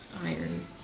iron